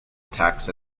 attacks